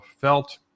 felt